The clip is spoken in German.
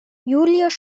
julius